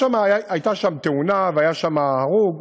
הייתה שם תאונה והיה שם הרוג.